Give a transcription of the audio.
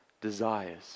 desires